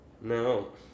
No